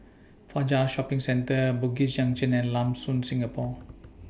Fajar Shopping Centre Bugis Junction and Lam Soon Singapore